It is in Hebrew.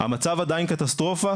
המצב עדיין קטסטרופה,